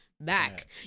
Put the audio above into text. back